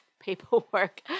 paperwork